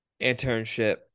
internship